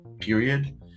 period